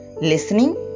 listening